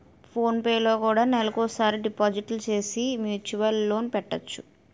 phone పేలో కూడా నెలకోసారి డిపాజిట్లు సేసి మ్యూచువల్ లోన్ పెట్టొచ్చు